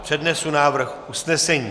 Přednesu návrh usnesení.